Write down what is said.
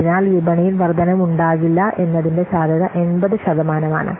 അതിനാൽ വിപണിയിൽ വർദ്ധനവുണ്ടാകില്ല എന്നതിന്റെ സാധ്യത 80 ശതമാനമാണ്